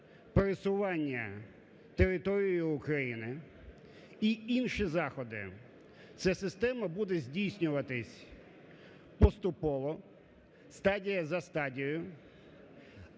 пересування територією України і інші заходи. Це система буде здійснюватися поступово, стадія за стадією,